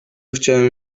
chciałem